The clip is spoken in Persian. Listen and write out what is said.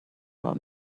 راه